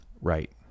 Right